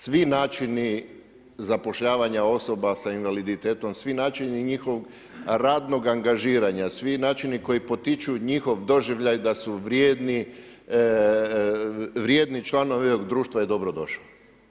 Svi načini zapošljavanja osoba sa invaliditetom, svi načini njihovog radnog angažiranja, svi načini koji potiču njihov doživljaj da su vrijedni članovi ovog društva je dobrodošao.